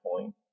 point